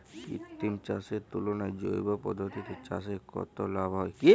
কৃত্রিম চাষের তুলনায় জৈব পদ্ধতিতে চাষে কত লাভ হয়?